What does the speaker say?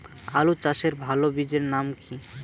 আলু চাষের ভালো বীজের নাম কি?